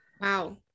Wow